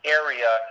area